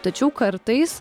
tačiau kartais